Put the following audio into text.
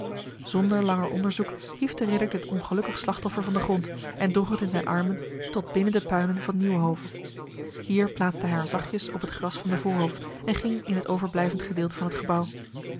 zonder langer onderzoek hief de ridder dit ongelukkig slachtoffer van de grond en droeg het in zijn armen tot binnen de puinen van nieuwenhove hier plaatste hij haar zachtjes op het gras van de voorhof en ging in het overblijvend gedeelte van het gebouw